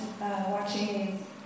watching